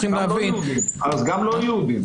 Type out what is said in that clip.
אז גם לא יהודים.